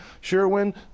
Sherwin